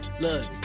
look